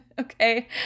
okay